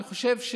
אני חושב.